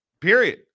period